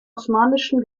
osmanischen